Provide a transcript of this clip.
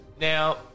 Now